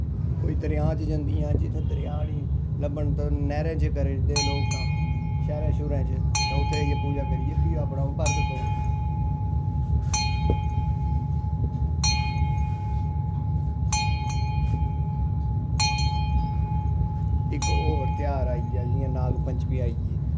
कोई दरेआ च जंदियां जित्थै दरेआ नेईं लब्भन दा नैह्रें च करी ओड़दे लोग कम्म शैह्रें शूह्रें च उत्थै पूजा करियै फ्ही ओह् अपनी बर्त त्रोड़दियां इक होर तेहार आई गेा जि'यां नाग पंचमी आई गेई